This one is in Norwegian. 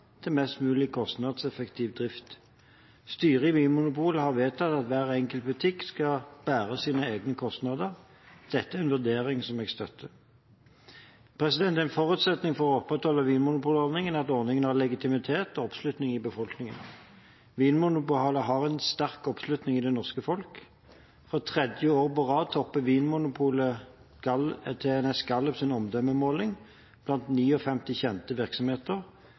til mest mulig kostnadseffektiv drift. Styret i Vinmonopolet har vedtatt at hver enkelt butikk skal bære sine egne kostnader. Dette er en vurdering som jeg støtter. En forutsetning for å opprettholde vinmonopolordningen er at ordningen har legitimitet og oppslutning i befolkningen. Vinmonopolet har en sterk oppslutning i det norske folk: For tredje året på rad topper Vinmonopolet TNS Gallups omdømmemåling blant 59 kjente virksomheter